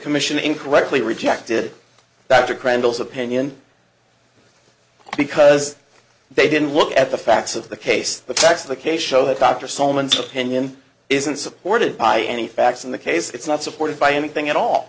commission incorrectly rejected back to crandall's opinion because they didn't look at the facts of the case the facts of the case show that dr solomon's opinion isn't supported by any facts in the case it's not supported by anything at all